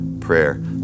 prayer